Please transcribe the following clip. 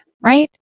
Right